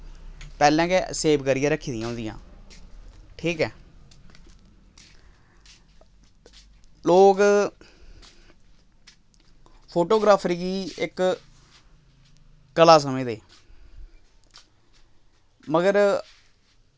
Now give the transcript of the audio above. पैह्लें गै सेव करियै रक्खी दियां होंदियां ठीक ऐ लोग फोटोग्राफर गी इक कला समझदे मगर